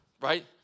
right